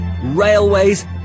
railways